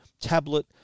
tablet